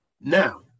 Now